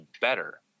better